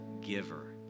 giver